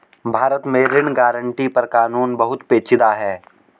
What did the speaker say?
भारत में ऋण गारंटी पर कानून बहुत पेचीदा है